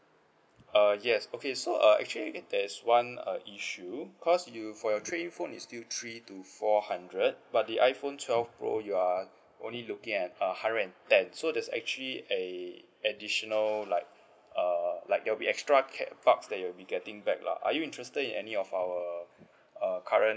uh yes okay so uh actually there's one uh issue cause you for your trade in phone is still three to four hundred but the iphone twelve pro you are only looking at a hundred and ten so there's actually a additional like uh like there'll be extra cas~ bucks that you'll be getting back lah are you interested in any of our uh current